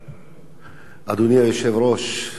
אדוני היושב-ראש, כבוד השר,